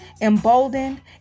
emboldened